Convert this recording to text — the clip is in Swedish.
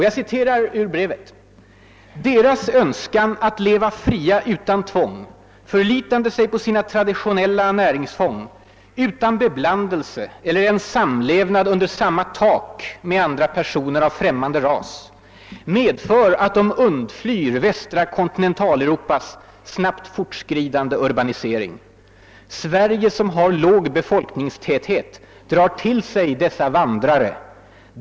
Jag citerar ur brevet: >Deras önskan att leva fria utan tvång, förlitande sig på sina traditionella näringsfång, utan beblandelse eller ens samlevnad under samma tak med andra personer av främmande ras medför att de undflyr västra Kontinentaleuropas snabbt fortskridande urbanisering. Sverige som har låg befolkningstäthet drar till sig dessa vandrare.